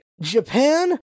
Japan